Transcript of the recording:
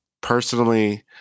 Personally